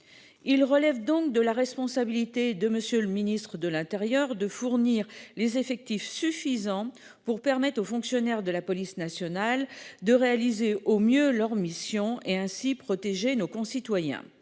Il relève donc de la responsabilité de Monsieur le Ministre de l'Intérieur de fournir les effectifs suffisants pour permettre aux fonctionnaires de la police nationale de réaliser au mieux leur mission et ainsi protéger nos concitoyens.